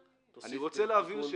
אני רוצה להבהיר,